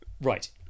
right